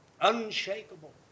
unshakable